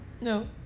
No